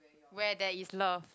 where there is love